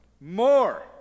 More